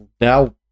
now